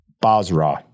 basra